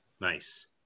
nice